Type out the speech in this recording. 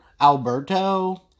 Alberto